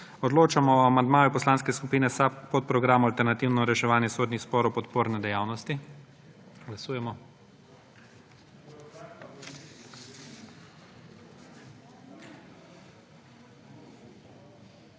Odločamo o amandmaju Poslanske skupine SAB k podprogramu Alternativno reševanje sodnih sporov – podporne dejavnosti. Glasujemo.